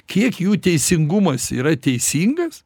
kiek jų teisingumas yra teisingas